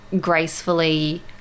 gracefully